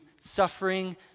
suffering